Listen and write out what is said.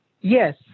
Yes